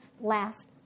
last